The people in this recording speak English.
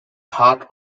heart